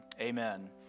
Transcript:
amen